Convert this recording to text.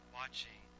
watching